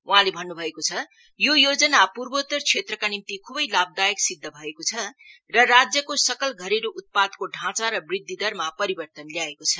वहाँले भन्नुभएको छ यो योजना पूर्वोत्तर क्षेत्रका निम्ति खुबै लाभदायक सिद्ध भएको छ र राज्यको सकल घरेलु उत्पादको दाँचा र वृध्दिदरमा परिवर्तन ल्याएको छ